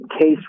case